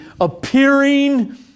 appearing